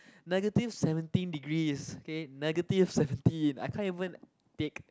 negative seventeen degrees okay negative seventeen I can't even take